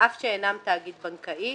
אף שאינם תאגיד בנקאי."